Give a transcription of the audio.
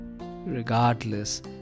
Regardless